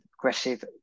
aggressive